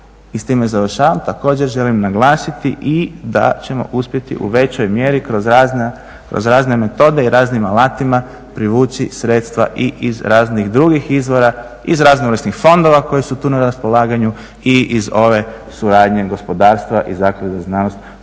i s time završavam, također želim naglasiti i da ćemo uspjeti u većoj mjeri kroz razne metode i raznim alatima privući sredstva i iz raznih drugih izvora, iz raznovrsnih fondova koji su tu na raspolaganju i iz ove suradnje gospodarstva i zaklade za znanost